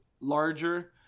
larger